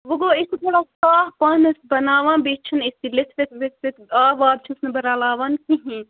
وۄنۍ گوٚو أسۍ چھِ تھوڑا صاف پَہَم حظ بَناوان بیٚیہِ چھِنہٕ أسۍ یہِ لِتھوِتھ وِتھوِتھ آب واب چھِس نہٕ بہٕ رلاوان کِہیٖنۍ